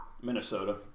Minnesota